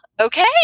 okay